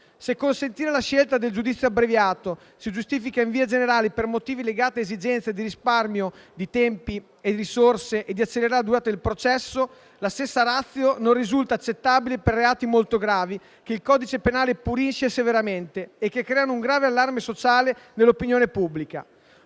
Se consentire la scelta del giudizio abbreviato si giustifica, in via generale, con motivi legati a esigenze di risparmio di tempi e risorse e di accelerazione dei tempi del processo, la stessa *ratio* non risulta accettabile per reati molto gravi che il codice penale punisce severamente e che creano un grave allarme sociale nell'opinione pubblica.